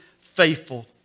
faithful